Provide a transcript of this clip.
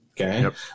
Okay